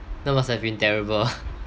that must have been terrible